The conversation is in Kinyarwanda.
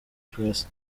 press